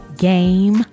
Game